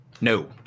No